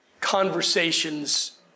conversations